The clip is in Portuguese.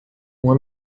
uma